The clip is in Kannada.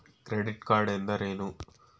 ಕ್ರೆಡಿಟ್ ಕಾರ್ಡ್ ಎಂದರೇನು?